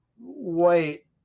wait